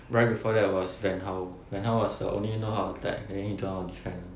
right before that was venhow venhow was the only know how to attack and then he don't know how to defed